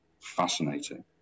fascinating